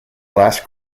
last